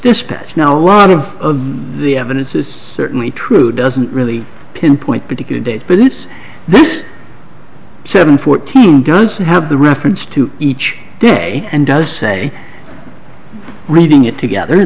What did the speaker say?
dispatch now a lot of the evidence is certainly true doesn't really pinpoint particular dates but it's this seven fourteen guns you have the reference to each day and does say reading it together